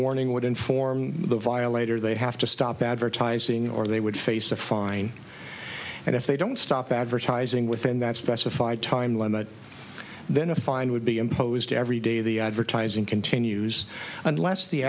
warning would inform the violator they have to stop advertising or they would face a fine and if they don't stop advertising within that specified time limit then a fine would be imposed every day the advertising continues unless the